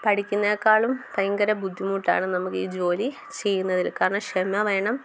പഠിക്കുന്നതിനേക്കാളും ഭയങ്കര ബുദ്ധിമുട്ടാണ് നമുക്ക് ഈ ജോലി ചെയ്യുന്നതിൽ കാരണം ക്ഷമ വേണം